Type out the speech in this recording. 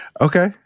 Okay